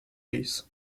ells